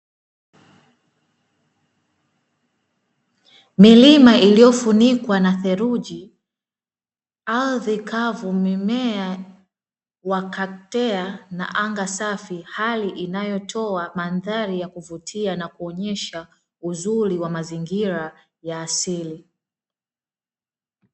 Milima iliyofunikwa na theluji, ardhi kavu mimea wakatea na anga safi hali inayotoa mandhari ya kuvutia na kuonyesha uzuri wa mazingira ya asili.